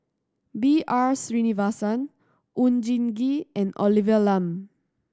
B R Sreenivasan Oon Jin Gee and Olivia Lum